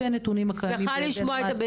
לפי הנתונים הקיימים בידינו מה הסיכונים.